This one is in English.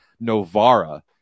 Novara